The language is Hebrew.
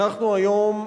אנחנו היום,